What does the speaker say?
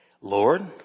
Lord